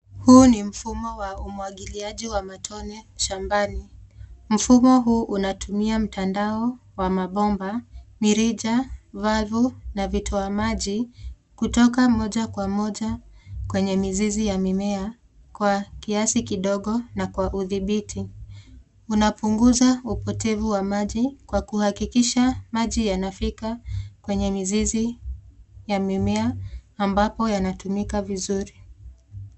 Huu ni mfumo wa umwagiliaji wa matone shambani, mfumo huu unatumia mtandao wa mabomba, mirija ,valvu, na vitoa maji kutoka moja kwa moja kwenye mizizi ya mimea kwa kiasi kidogo na kwa udhibiti. Unapunguza upotevu wa maji kwa kuhakikisha maji yanafika kwenye mizizi ya mimea, ambapo yanatumika vizuri.